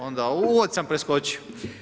Onda uvod sam preskočio.